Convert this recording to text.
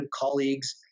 colleagues